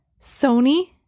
Sony